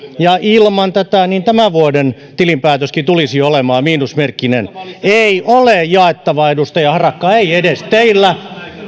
ja ilman tätä tämän vuoden tilinpäätöskin tulisi olemaan miinusmerkkinen ei ole jaettavaa edustaja harakka ei edes teillä